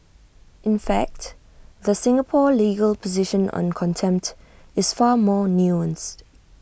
in fact the Singapore legal position on contempt is far more nuanced